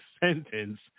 sentence